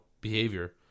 behavior